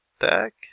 deck